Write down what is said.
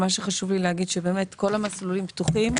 מה שחשוב לי להגיד הוא שבאמת כל המסלולים פתוחים.